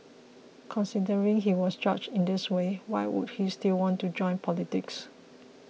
considering he was judged in this way why would he still want to join politics